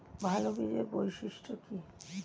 ভাল বীজের বৈশিষ্ট্য কী?